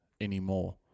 anymore